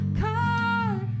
car